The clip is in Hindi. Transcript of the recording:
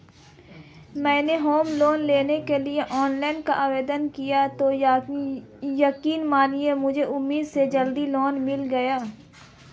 मैंने होम लोन लेने के लिए ऑनलाइन आवेदन किया तो यकीन मानिए मुझे उम्मीद से जल्दी लोन मिल गया